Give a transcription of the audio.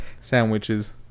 Sandwiches